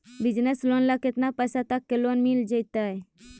Business loan ल केतना पैसा तक के लोन मिल जितै?